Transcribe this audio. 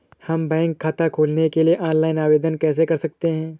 हम बैंक खाता खोलने के लिए ऑनलाइन आवेदन कैसे कर सकते हैं?